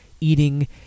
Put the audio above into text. eating